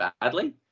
badly